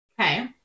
okay